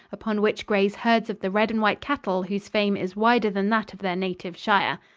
upon which graze herds of the red and white cattle whose fame is wider than that of their native shire.